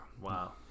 wow